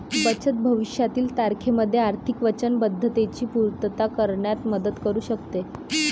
बचत भविष्यातील तारखेमध्ये आर्थिक वचनबद्धतेची पूर्तता करण्यात मदत करू शकते